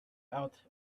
out